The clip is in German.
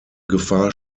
gefahr